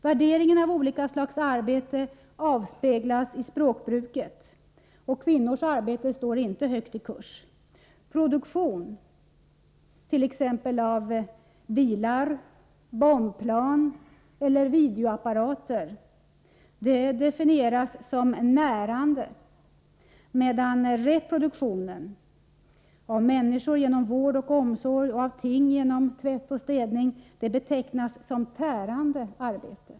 Värderingen av olika slags arbete avspeglas i språkbruket, och kvinnors arbete står inte högt i kurs. Produktion av t.ex. bilar, bombplan och videoapparater definieras som närande, medan reproduktion, genom vård och omsorg när det gäller människor och genom t.ex. tvätt och städning när det gäller ting, betecknas som tärande arbete.